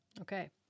Okay